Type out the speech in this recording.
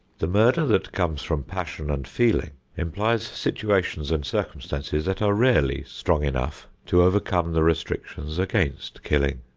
the murder that comes from passion and feeling implies situations and circumstances that are rarely strong enough to overcome the restrictions against killing.